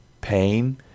pain